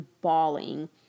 bawling